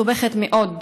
מסובכת מאוד.